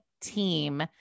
team